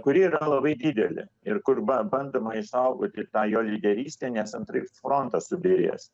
kuri yra labai didelė ir kur ba bandoma išsaugoti tą jo lyderystę nes antraip frontas subyrės